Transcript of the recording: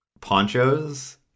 ponchos